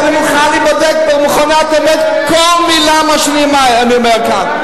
אני מוכן להיבדק במכונת אמת על כל מלה שאני אומר כאן.